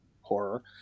horror